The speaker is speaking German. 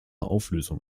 auflösung